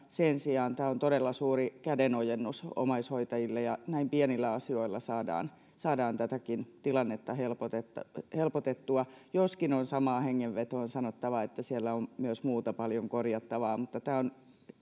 vaan sen sijaan tämä on todella suuri kädenojennus omaishoitajille ja näin pienillä asioilla saadaan saadaan tätäkin tilannetta helpotettua helpotettua joskin on samaan hengenvetoon sanottava että siellä on myös paljon muuta korjattavaa tämä on